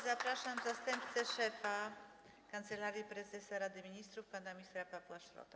Zapraszam zastępcę szefa Kancelarii Prezesa Rady Ministrów pana ministra Pawła Szrota.